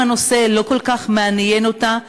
אם הנושא לא כל כך מעניין אותה,